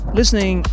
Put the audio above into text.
listening